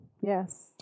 Yes